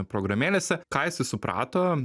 programėlėse ką jisai suprato